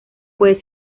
puede